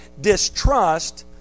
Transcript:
distrust